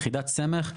יחידת סמך,